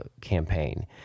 campaign